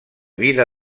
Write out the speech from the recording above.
vida